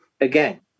again